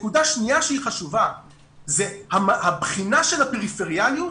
נקודה שנייה שהיא חשובה היא הבחינה של הפריפריאליות